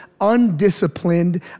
undisciplined